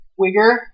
Wigger